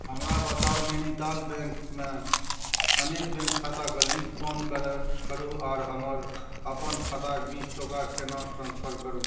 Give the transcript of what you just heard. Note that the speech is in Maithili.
हमरा बताउ नैनीताल बैंकमे अनेक बैंक खाताके लिंक कोन करु आर हमर अपन खाताक बीच टाका केना ट्रांसफर करु